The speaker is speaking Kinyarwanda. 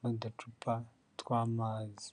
n'uducupa tw'amazi.